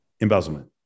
embezzlement